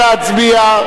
נא להצביע.